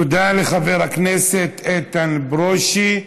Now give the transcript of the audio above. תודה לחבר הכנסת איתן ברושי.